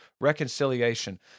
reconciliation